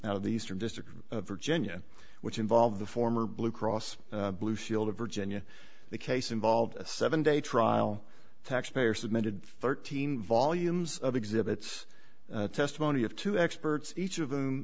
of the eastern district of virginia which involved the former blue cross blue shield of virginia the case involved a seven day trial taxpayer submitted thirteen volumes of exhibits testimony of two experts each of